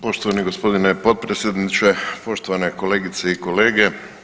Poštovani g. potpredsjedniče, poštovane kolegice i kolege.